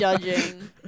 judging